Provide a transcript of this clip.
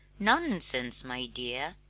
nonsense, my dear!